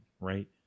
right